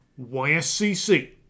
YSCC